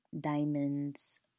diamonds